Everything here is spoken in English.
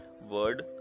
word